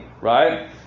right